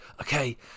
okay